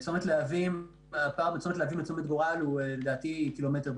הפער בין צומת להבים לצומת גורל הוא לדעתי קילומטר,